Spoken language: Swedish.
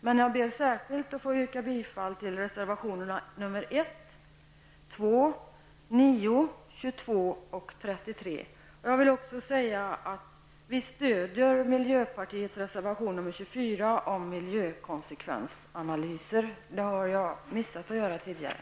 Men jag ber särskilt att få yrka bifall till reservationerna nr 1, 2, 9, 22 och 33. Jag vill också säga att vi stöder miljöpartiets reservation nr 24 om miljökonsekvensanalyser. Det har jag missat att tala om tidigare.